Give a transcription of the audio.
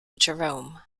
jerome